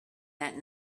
that